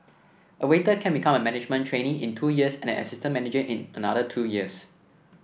a waiter can become a management trainee in two years and an assistant manager in another two years